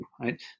right